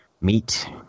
meet